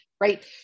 Right